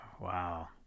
wow